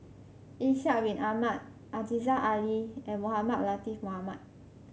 Ishak Bin Ahmad Aziza Ali and Mohamed Latiff Mohamed